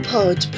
Pod